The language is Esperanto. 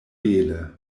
bele